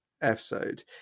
episode